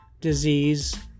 disease